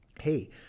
Hey